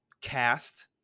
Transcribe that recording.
cast